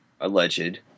Alleged